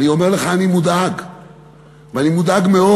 אני אומר לך: אני מודאג ואני מודאג מאוד.